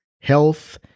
health